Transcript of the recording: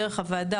דרך הוועדה,